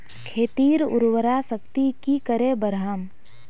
खेतीर उर्वरा शक्ति की करे बढ़ाम?